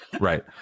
right